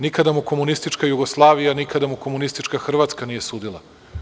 Nikada mu komunistička Jugoslavija, nikada mu komunistička Hrvatska nije sudila.